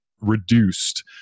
Reduced